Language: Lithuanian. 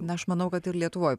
na aš manau kad ir lietuvoj